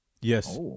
Yes